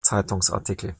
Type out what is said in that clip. zeitungsartikel